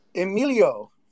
Emilio